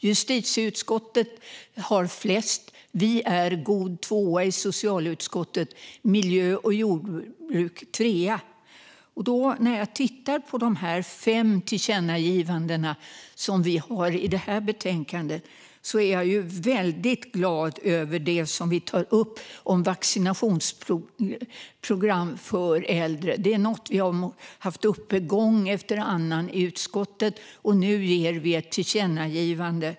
Justitieutskottet har flest, vi i socialutskottet är god tvåa och miljö och jordbruksutskottet är trea. När jag tittar på de fem tillkännagivanden som vi har i det här betänkandet är jag väldigt glad över det som vi tar upp om vaccinationsprogram för äldre. Det är något som vi har haft uppe gång efter annan i utskottet, och nu riktar vi ett tillkännagivande.